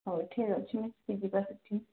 ହଉ ଠିକ୍ ଅଛି ମିଶିକି ଯିବା ସେଠି କି